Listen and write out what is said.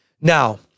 Now